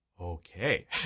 okay